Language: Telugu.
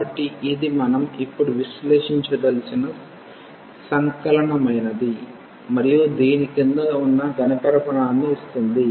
కాబట్టి ఇది మనం ఇప్పుడు విశ్లేషించదలిచిన సంకలనమైనది మరియు దీని క్రింద ఉన్న ఘన ఘనపరిమాణాన్ని ఇస్తుంది